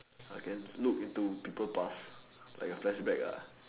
I can look into people past like a flashback lah